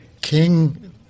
King